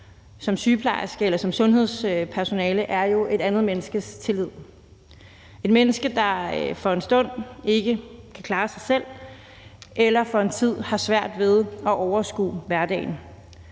som sygeplejerske eller som sundhedspersonale, er jo et andet menneskes tillid – et menneske, der for en stund ikke kan klare sig selv eller for en tid har svært ved at overskue hverdagen.